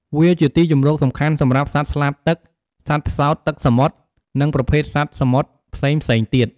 វាជាទីជម្រកសំខាន់សម្រាប់សត្វស្លាបទឹក សត្វផ្សោតទឹកសមុទ្រ និងប្រភេទសត្វសមុទ្រផ្សេងៗទៀត។